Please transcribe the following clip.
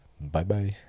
Bye-bye